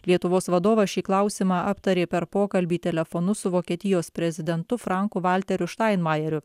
lietuvos vadovas šį klausimą aptarė per pokalbį telefonu su vokietijos prezidentu franku valteriu štainmajeriu